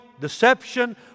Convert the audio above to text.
deception